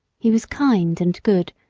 he was kind and good,